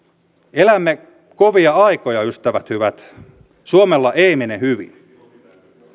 elämme kovia aikoja ystävät hyvät suomella ei mene hyvin